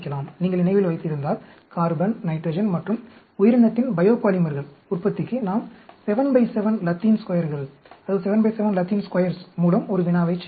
நீங்கள் நினைவில் வைத்திருந்தால் கார்பன் நைட்ரஜன் மற்றும் உயிரினத்தின் பயோபாலிமர்கள் உற்பத்திக்கு நாம் 7 பை 7 லத்தீன் ஸ்கொயர்கள் மூலம் ஒரு வினாவைச் செய்தோம்